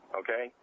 okay